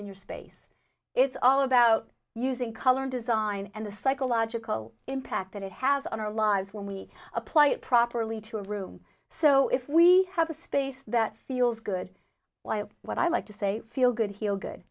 in your space it's all about using color and design and the psychological impact that it has on our lives when we apply it properly to a room so if we have a space that feels good like what i like to say feel good he'll good